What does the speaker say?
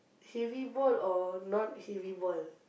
heavy ball or non-heavy ball